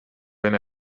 wenn